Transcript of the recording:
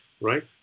right